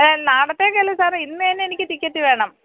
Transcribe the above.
നാളത്തേക്ക് അല്ല സാറേ ഇന്നുതന്നെ എനിക്ക് ടിക്കറ്റ് വേണം